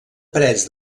parets